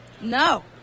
No